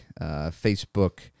Facebook